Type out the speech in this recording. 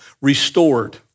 restored